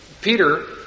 Peter